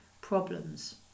problems